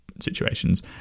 situations